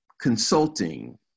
consulting